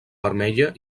vermella